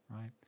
right